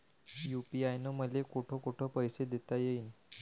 UPI न मले कोठ कोठ पैसे देता येईन?